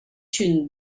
une